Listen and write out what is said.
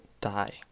die